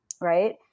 right